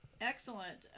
excellent